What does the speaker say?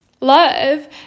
love